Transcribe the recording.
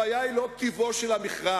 הבעיה היא לא טיבו של המכרז,